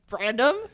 random